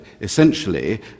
essentially